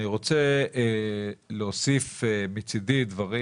אבל אני רוצה להוסיף דברים